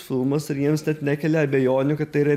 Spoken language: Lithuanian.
filmas ir jiems net nekelia abejonių kad tai yra